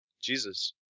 Jesus